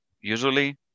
usually